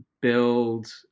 build